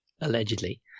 allegedly